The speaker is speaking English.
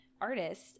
artist